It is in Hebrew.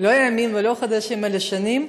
לא ימים ולא חודשים אלא שנים,